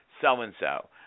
so-and-so